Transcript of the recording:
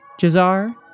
Jazar